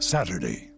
Saturday